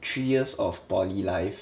three years of poly life